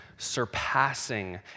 surpassing